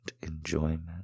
enjoyment